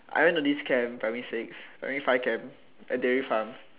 I went to this camp primary six primary five camp at dairy farm